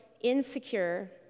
insecure